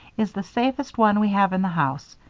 is the safest one we have in the house,